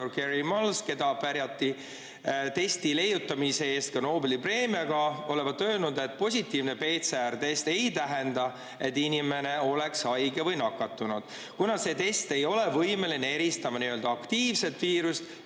kes pärjati testi leiutamise eest ka Nobeli preemiaga, olevat öelnud, et positiivne PCR-test ei tähenda, et inimene on haige või nakatunud, kuna see test ei ole võimeline eristama n-ö aktiivset viirust